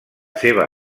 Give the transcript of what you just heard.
seva